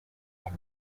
and